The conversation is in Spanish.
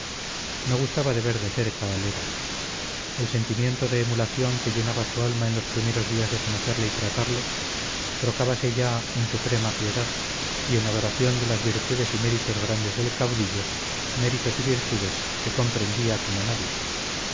no gustaba de ver de cerca al héroe el sentimiento de emulación que llenaba su alma en los primeros días de conocerle y tratarle trocábase ya en suprema piedad y en adoración de las virtudes y méritos grandes del caudillo méritos y virtudes que comprendía como nadie